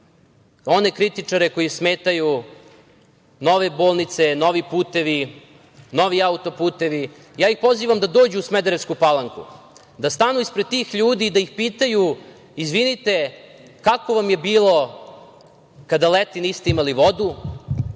one kritičare kojima smetaju nove bolnice, novi putevi, novi autoputevi, ja ih pozivam da dođu u Smederevsku Palanku, da stanu ispred tih ljudi i da ih pitaju - izvinite, kako vam je bilo kada leti niste imali vodu,